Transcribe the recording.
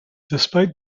despite